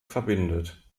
verbindet